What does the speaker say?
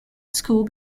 school